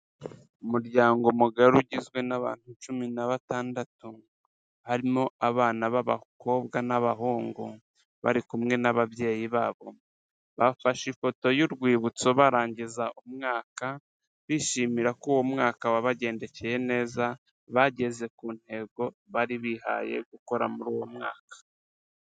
Umuryango mugari ugizwe n'abantu cumi n'abatandatu, harimo abana b'abakobwa n'abahungu bari kumwe n'ababyeyi babo, bafashe ifoto y'urwibutso barangiza umwaka, bishimira ko uwo mwaka wabagendekeye neza, bageze ku ntego bari bihaye gukora muri uwo mwaka.